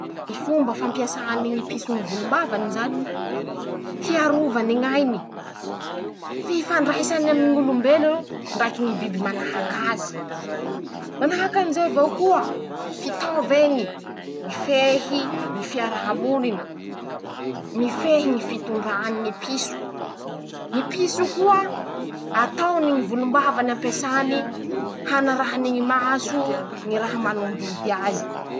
Ñy fomba fampiasany ñy piso ñy volom-bavany zany: -Hiarovany ñ'ainy. hifandraisany aminy ñ'olombelo ndraiky ñy biby manahaky azy ;manahaky anizay avao koa. fitaov'eñy mifehy ñy fiaraha-monina. mifehy ñy fitondrany ñy piso ;ñy piso koa. ataony ñy volombavany ampiasany hanarahany ñy maso ñy raha mañodidy azy.